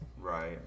Right